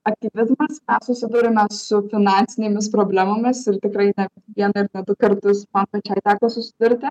aktyvizmas susiduriame su finansinėmis problemomis ir tikrai ne vieną ir ne du kartus man pačiai teko susidurti